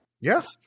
Yes